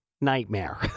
nightmare